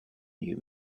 new